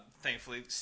thankfully